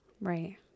Right